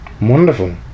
Wonderful